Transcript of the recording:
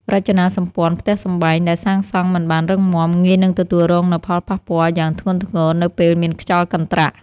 រចនាសម្ព័ន្ធផ្ទះសម្បែងដែលសាងសង់មិនបានរឹងមាំងាយនឹងទទួលរងនូវផលប៉ះពាល់យ៉ាងធ្ងន់ធ្ងរនៅពេលមានខ្យល់កន្ត្រាក់។